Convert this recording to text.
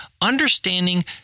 Understanding